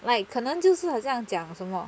like 可能就是好像讲什么